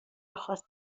خواستی